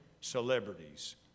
Celebrities